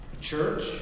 church